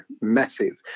massive